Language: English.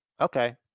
Okay